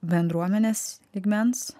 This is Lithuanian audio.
bendruomenės lygmens